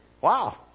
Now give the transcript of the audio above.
Wow